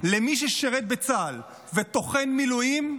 למי ששירת בצה"ל וטוחן מילואים,